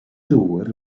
dŵr